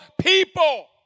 people